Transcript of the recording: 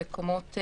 במשחטות.